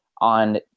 on –